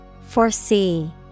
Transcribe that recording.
Foresee